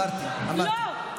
לא,